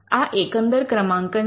આ એકંદર ક્રમાંકન છે